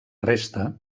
resta